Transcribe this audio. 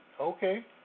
Okay